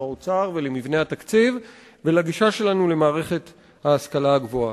האוצר ולמבנה התקציב ולגישה שלנו למערכת ההשכלה הגבוהה.